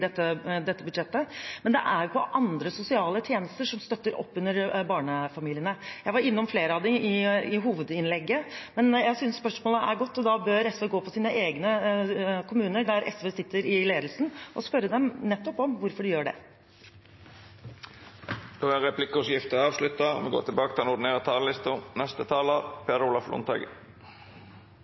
dette budsjettet ? men på andre sosiale tjenester som støtter opp under barnefamiliene. Jeg var innom flere av dem i hovedinnlegget, men jeg synes spørsmålet er godt. Da bør SV gå til sine egne kommuner der SV sitter i ledelsen, og spørre dem om hvorfor de gjør det. Replikkordskiftet er avslutta.